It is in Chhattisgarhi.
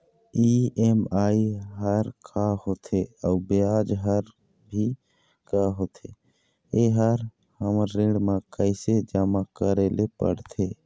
ई.एम.आई हर का होथे अऊ ब्याज हर भी का होथे ये हर हमर ऋण मा कैसे जमा करे ले पड़ते?